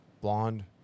blonde